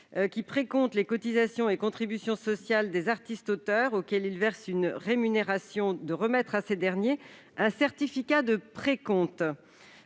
qui précomptent les cotisations et contributions sociales des artistes-auteurs auxquels ils versent une rémunération sont dans l'obligation de remettre à ces derniers un certificat de précompte